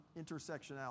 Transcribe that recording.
intersectionality